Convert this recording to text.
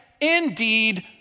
indeed